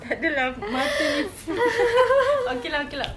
tak adalah monthly free okay lah okay lah